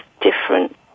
different